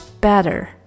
better